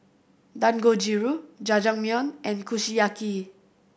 Dangojiru Jajangmyeon and Kushiyaki